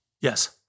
Yes